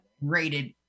rated